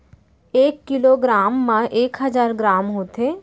एक kilogram मा एक हजार ग्राम होथे